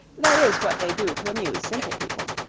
that is what they do to amuse simple people.